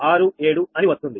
0067 అని వస్తుంది